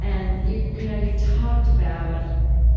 and, you you know, you talked about